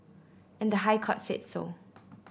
and the High Court said so